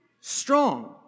strong